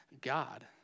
God